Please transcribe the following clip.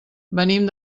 venim